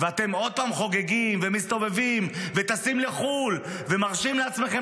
ואתם עוד פעם חוגגים ומסתובבים וטסים לחו"ל ומרשים לעצמכם